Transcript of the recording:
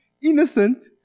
Innocent